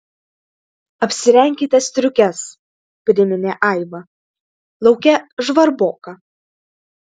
apsirenkite striukes priminė aiva lauke žvarboka